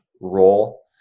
role